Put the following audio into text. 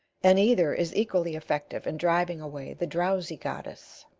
and either is equally effective in driving away the drowsy goddess.